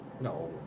No